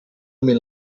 mil